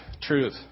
truth